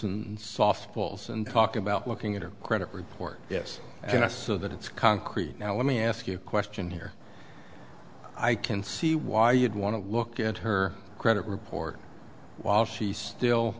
and softballs and talk about looking at her credit report yes you know so that it's concrete now let me ask you a question here i can see why you'd want to look at her credit report while she's still